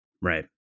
Right